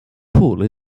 pool